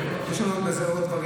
הוא לא ישים לב.